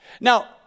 Now